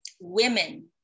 women